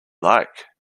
like